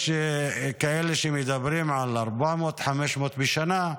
יש כאלה שמדברים על 400 500 בשנה,